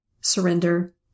surrender